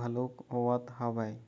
घलोक होवत हवय